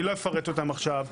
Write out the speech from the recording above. אני לא אפרט אותם עכשיו,